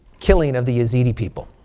killing of the yazidis people.